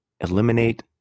eliminate